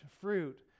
fruit